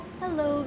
hello